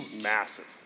Massive